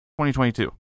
2022